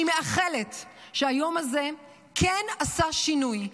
אני מאחלת שהיום הזה כן עשה שינוי,